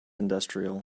industrial